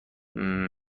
حمل